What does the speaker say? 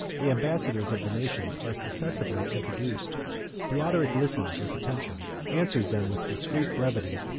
the ambassadors of the nations are successively introduced theodoric listens with attention, answers them with discreet brevity,